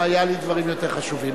היו לי דברים יותר חשובים.